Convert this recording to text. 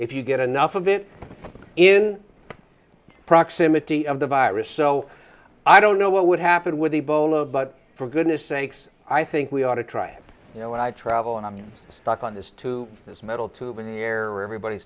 if you get enough of it in proximity of the virus so i don't know what would happen with ebola but for goodness sakes i think we ought to try you know when i travel and i'm stuck on this to this metal tube in error everybody